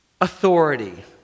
authority